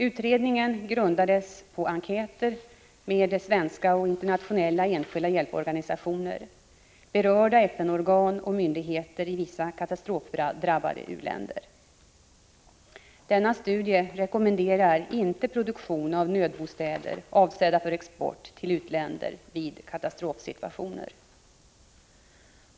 Utredningen grundades på enkäter med svenska och internationella enskilda hjälporganisationer, berörda FN-organ och myndigheterna i vissa katastrofdrabbade u-länder. Denna studie rekommenderar inte produktion av nödbostäder avsedda för export till u-länder vid katastrofsituationer.